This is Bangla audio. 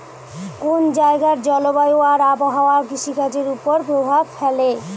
কোন জায়গার জলবায়ু আর আবহাওয়া কৃষিকাজের উপর প্রভাব ফেলে